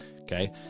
Okay